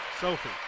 Sophie